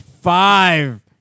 five